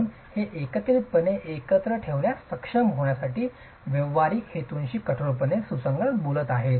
म्हणून हे एकत्रितपणे एकत्र ठेवण्यात सक्षम होण्यासाठी व्यावहारिक हेतूंशी कठोरपणे सुसंगत बोलत आहेत